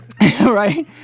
Right